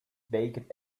baked